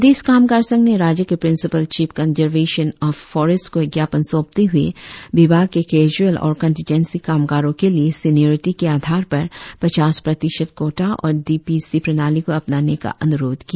प्रदेश कामगार संघ ने राज्य के principal chief conservation of forest को एक ज्ञापन सौंपते हुए विभाग के कैजूएल और कंटिजेंसी कामगारों के लिए सेनिओरिटी के आधार पर पचास प्रतिशत कोटा और डी पी सी प्रणाली को अपनाने का अनुरोध किया